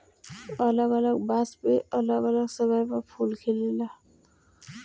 अलग अलग बांस मे अलग अलग समय पर फूल खिलेला